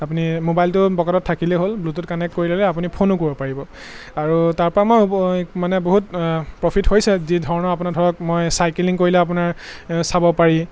আপুনি মোবাইলটো পকেটত থাকিলেই হ'ল ব্লুটুথ কানেক্ট কৰিলে আপুনি ফোনো কৰিব পাৰিব আৰু তাৰপৰা মই এই মানে বহুত প্ৰফিট হৈছে যিধৰণৰ আপোনাৰ ধৰক মই চাইকেলিং কৰিলে আপোনাৰ চাব পাৰি